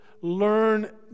learn